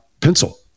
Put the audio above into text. pencil